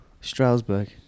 Strasbourg